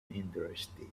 interested